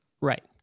Right